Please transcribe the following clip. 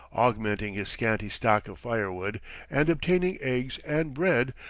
augmenting his scanty stock of firewood and obtaining eggs and bread,